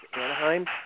Anaheim